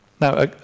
Now